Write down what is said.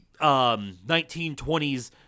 1920s